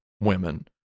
women